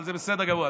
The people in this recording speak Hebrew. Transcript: אבל זה בסדר גמור,